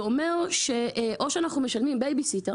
זה אומר שאנחנו משלמים עבור בייבי-סיטר